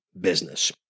business